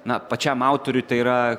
na pačiam autoriui tai yra